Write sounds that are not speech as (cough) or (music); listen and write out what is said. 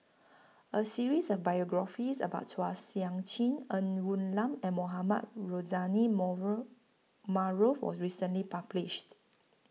A series of biographies about Chua Sian Chin Ng Woon Lam and Mohamed Rozani (unintelligible) Maarof was recently published